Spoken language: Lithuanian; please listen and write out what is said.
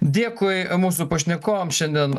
dėkui mūsų pašnekovams šiandien